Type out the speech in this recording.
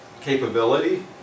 capability